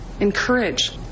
encourage